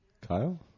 Kyle